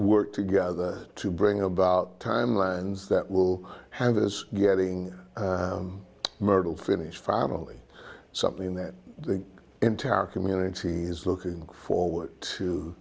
work together to bring about timelines that will have as getting murdered finished family something that the entire community is looking forward to